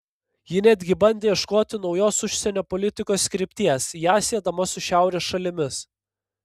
ji netgi bandė ieškoti naujos užsienio politikos krypties ją siedama su šiaurės šalimis